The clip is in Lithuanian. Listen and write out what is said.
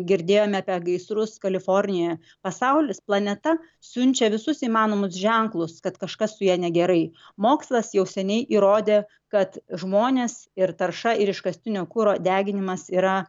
girdėjome apie gaisrus kalifornijoje pasaulis planeta siunčia visus įmanomus ženklus kad kažkas su ja negerai mokslas jau seniai įrodė kad žmonės ir tarša ir iškastinio kuro deginimas yra